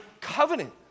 covenant